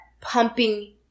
pumping